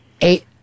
eight